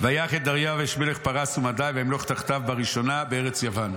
ויך את דריוש מלך פרס ומדי וימלוך תחתיו בראשונה בארץ יוון".